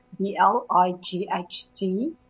B-L-I-G-H-T